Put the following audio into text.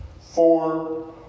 four